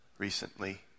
recently